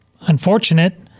Unfortunate